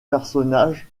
personnages